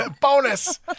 Bonus